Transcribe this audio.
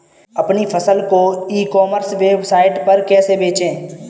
अपनी फसल को ई कॉमर्स वेबसाइट पर कैसे बेचें?